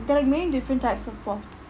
they are main different types of four